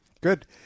Good